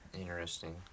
interesting